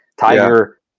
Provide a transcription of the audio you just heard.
Tiger